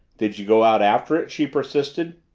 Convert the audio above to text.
did you go out after it? she persisted.